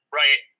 right